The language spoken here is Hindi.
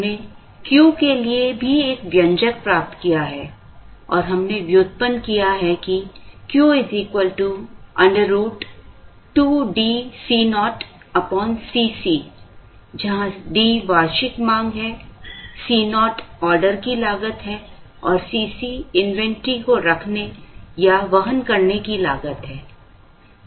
हमने Q के लिए भी एक व्यंजक प्राप्त किया है और हमने व्युत्पन्न किया है कि Q √ 2DCoCc जहाँ D वार्षिक मांग है C naught आर्डर की लागत है और C c इन्वेंटरी को रखने या वहन करने की लागत है